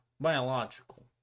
biological